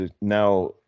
now